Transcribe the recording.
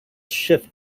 shift